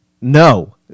No